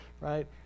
right